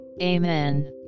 amen